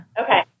okay